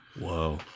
Whoa